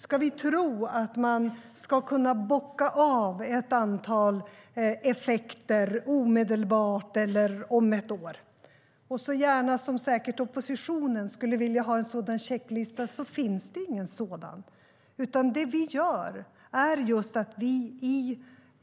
Ska vi tro att vi ska kunna bocka av ett antal effekter omedelbart eller om ett år? Oppositionen skulle säkert vilja ha en sådan checklista, men det finns ingen sådan.